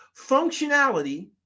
functionality